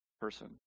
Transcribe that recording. person